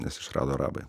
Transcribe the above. nes išrado arabai